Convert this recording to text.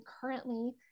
currently